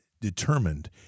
determined